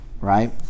right